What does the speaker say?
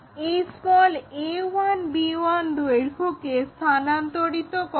এই a1b1 দৈর্ঘ্যকে স্থানান্তরিত করো